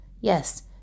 Yes